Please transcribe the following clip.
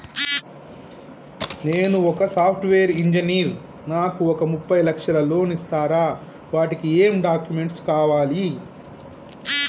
నేను ఒక software engineer నాకు ఒక ముప్పై లక్షల లోన్ ఇస్తరా? వాటికి ఏం డాక్యుమెంట్స్ కావాలి?